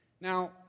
Now